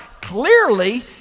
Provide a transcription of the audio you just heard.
clearly